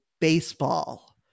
baseball